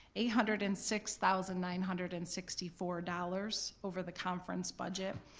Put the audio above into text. eight hundred and six thousand nine hundred and sixty four dollars over the conference budget,